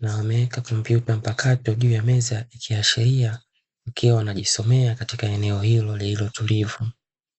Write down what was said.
na wameweka kompyuta mpakato, juu ya meza, ikiashiria wakiwa wanajisomea katika eneo hilo lililo tulivu.